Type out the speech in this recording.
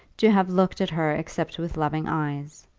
to have looked at her except with loving eyes.